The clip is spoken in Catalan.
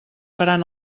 faran